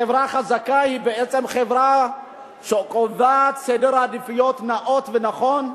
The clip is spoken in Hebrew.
חברה חזקה היא בעצם חברה שקובעת סדר עדיפויות נאות ונכון,